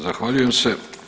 Zahvaljujem se.